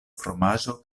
fromaĝo